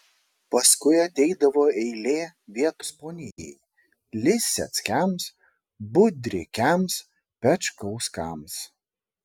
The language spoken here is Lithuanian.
paskui ateidavo eilė vietos ponijai liseckiams budrikiams pečkauskams